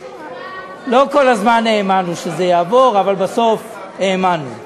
לא כל הזמן האמנו שזה יעבור, אבל בסוף האמנו.